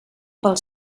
pel